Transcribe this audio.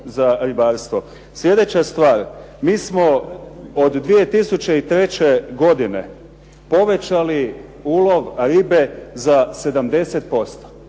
Sljedeća stvar. Mi smo od 2003. godine povećali ulov ribe za 70%.